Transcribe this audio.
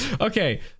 Okay